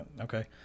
Okay